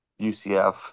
UCF